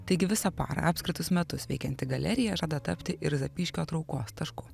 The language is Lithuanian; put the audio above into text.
taigi visą parą apskritus metus veikianti galerija žada tapti ir zapyškio traukos tašku